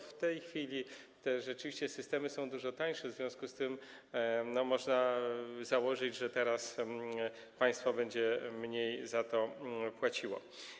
W tej chwili rzeczywiście te systemy są dużo tańsze, w związku z tym można założyć, że państwo będzie mniej za to płaciło.